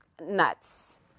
nuts